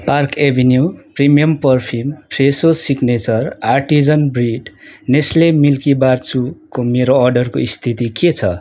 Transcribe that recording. park avenue premium perfume Fresho signature artisan bread Nestle Milkybar choco मेरो अर्डरको स्थिति के छ